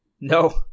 No